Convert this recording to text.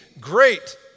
great